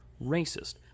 racist